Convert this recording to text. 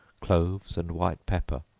cloves and white pepper,